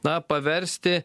na paversti